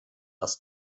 aus